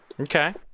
Okay